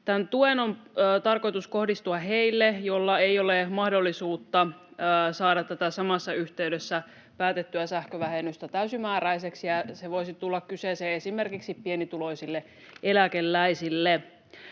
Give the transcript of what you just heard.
Tämän tuen on tarkoitus kohdistua heille, joilla ei ole mahdollisuutta saada tätä samassa yhteydessä päätettyä sähkövähennystä täysimääräisesti, ja se voisi tulla kyseeseen esimerkiksi pienituloisille eläkeläisille.